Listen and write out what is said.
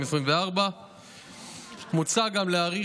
(הארכת